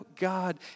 God